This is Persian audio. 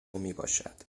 میباشد